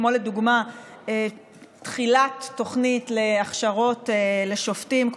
כמו לדוגמה תחילת תוכנית להכשרות לשופטים.